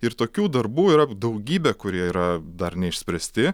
ir tokių darbų yra daugybė kurie yra dar neišspręsti